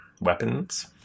weapons